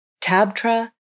Tabtra